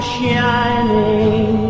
shining